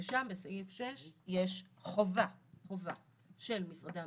ושם בסעיף 6 יש חובה של משרדי הממשלה,